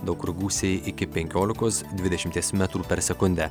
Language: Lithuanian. daug kur gūsiai iki penkiolikos dvidešimties metrų per sekundę